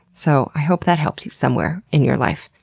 so, i hope that helps you somewhere in your life.